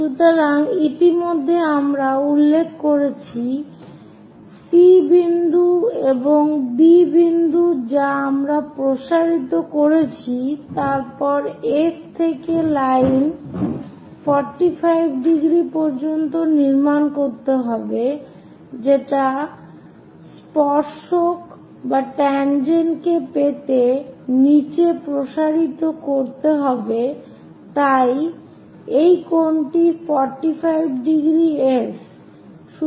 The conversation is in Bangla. সুতরাং ইতিমধ্যেই আমরা উল্লেখ করেছি C বিন্দু এবং B বিন্দু যা আমরা প্রসারিত করেছি তারপর F থেকে লাইন 45° পর্যন্ত নির্মাণ করতে হবে যেটা স্পর্শক কে পেতে নিচে প্রসারিত করতে হবে তাই এই কোণটি 45°s